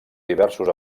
diversos